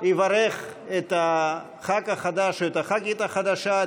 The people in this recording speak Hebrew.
יברך את הח"כ החדש, או את הח"כית החדשה.